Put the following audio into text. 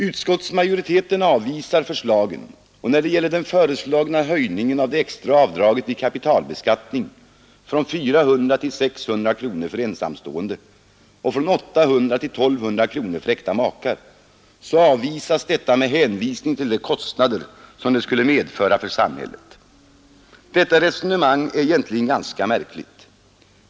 Utskottsmajoriteten avvisar förslagen, och när det gäller den föreslagna höjningen av det extra avdraget vid kapitalbeskattning från 400 kronor till 600 kronor för ensamstående och från 800 till 1 200 kronor för äkta makar avvisas detta med hänvisning till de kostnader, som det skulle medföra för samhället. Detta resonemang är egentligen ganska märkligt.